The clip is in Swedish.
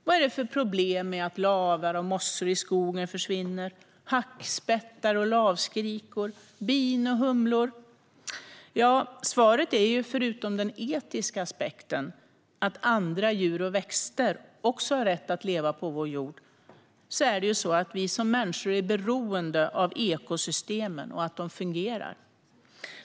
Vad är det för problem att lavar och mossor i skogen, hackspettar och lavskrikor och bin och humlor försvinner? Ja, svaret är ju - förutom den etiska aspekten, att andra djur och växter också har rätt att leva på vår jord - att vi som människor är beroende av att ekosystemen fungerar.